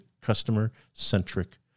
customer-centric